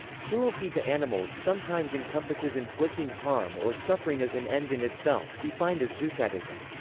cruelty to animals sometimes encompasses inflicting harm or suffering as an end in itself, defined as zoosadism.